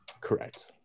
Correct